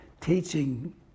teaching